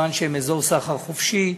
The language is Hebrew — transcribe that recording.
מכיוון שזה אזור סחר חופשי,